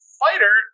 fighter